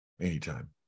Anytime